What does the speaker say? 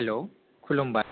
हेल' खुलुमबाय